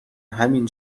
همین